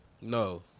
No